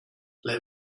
let